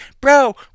bro